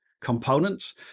components